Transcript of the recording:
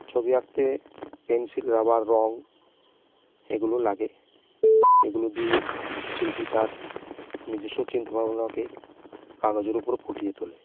ছবি আঁকতে pencil rubber রঙ এগুলো লাগে এগুলো দিয়েই শিল্পী তার নিজস্ব চিন্তা ভাবনাকে কাগজের উপর ফুটিয়ে তোলে